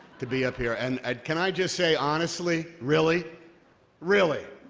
to be up here. and can i just say, honestly, really really,